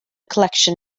collection